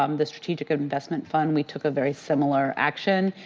um the strategic investment fund, we took a very similar action,